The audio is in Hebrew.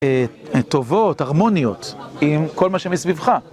טובות, הרמוניות עם כל מה שמסביבך